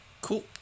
cool